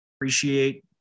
Appreciate